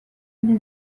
لذتم